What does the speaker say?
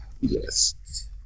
yes